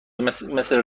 مثل